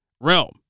realm